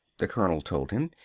the colonel told him,